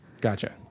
Gotcha